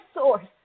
source